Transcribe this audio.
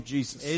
Jesus